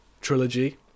trilogy